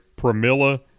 Pramila